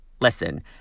listen